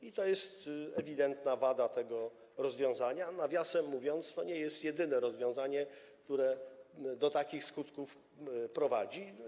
I to jest ewidentna wada tego rozwiązania, a nawiasem mówiąc, to nie jest jedyne rozwiązanie, które do takich skutków prowadzi.